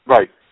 Right